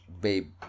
babe